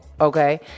okay